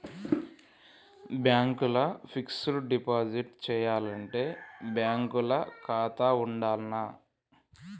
Bank ల fixed deposit చేయాలంటే bank ల ఖాతా ఉండాల్నా?